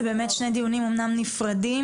זה באמת שני דיונים אמנם נפרדים,